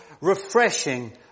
refreshing